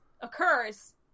occurs